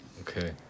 Okay